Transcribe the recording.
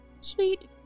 Sweet